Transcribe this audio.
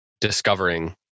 discovering